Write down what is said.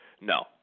No